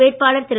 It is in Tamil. வேட்பாளர் திரு